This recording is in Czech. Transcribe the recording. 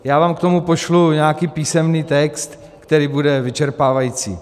Já vám k tomu pošlu nějaký písemný text, který bude vyčerpávající.